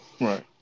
Right